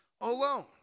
alone